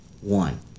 One